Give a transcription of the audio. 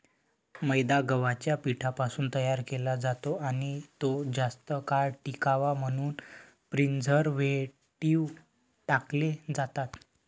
मैदा गव्हाच्या पिठापासून तयार केला जातो आणि तो जास्त काळ टिकावा म्हणून प्रिझर्व्हेटिव्ह टाकले जातात